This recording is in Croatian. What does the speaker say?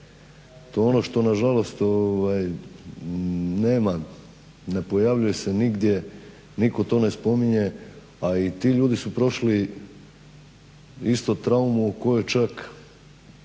To je ono što na žalost nema, ne pojavljuje se nigdje, nitko to ne spominje, a i ti ljudi su prošli isto traumu u kojoj čak